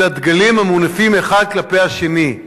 אלא דגלים המונפים אחד כלפי השני.